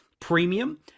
premium